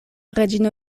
reĝino